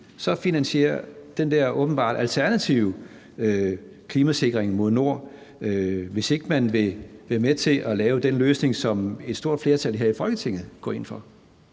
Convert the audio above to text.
så finansiere den der åbenbart alternative klimasikring mod nord, hvis ikke man vil være med til at lave den løsning, som et stort flertal her i Folketinget går ind for?